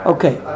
Okay